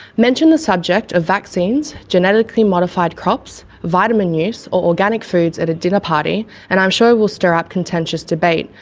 mention the subject of vaccines, genetically modified crops, vitamin use or organic foods at a dinner party and i am sure it will stir up contentious debate,